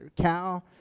cow